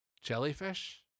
Jellyfish